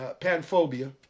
panphobia